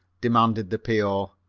demanded the p o.